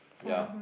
ya